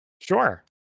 Sure